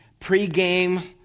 pregame